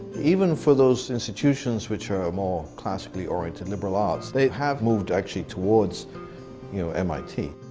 even for those institutions which are more classically oriented liberal arts, they have moved, actually, towards you know mit.